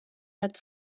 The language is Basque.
bat